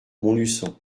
montluçon